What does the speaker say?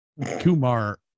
Kumar